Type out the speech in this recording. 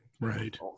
Right